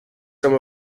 some